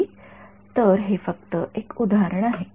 तर हे फक्त एक उदाहरण आहे